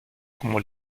como